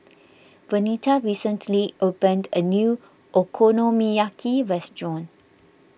Vernita recently opened a new Okonomiyaki restaurant